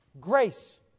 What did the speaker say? grace